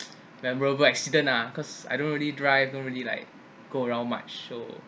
memorable accident ah because I don't really drive don't really like go around much so